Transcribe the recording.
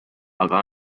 aga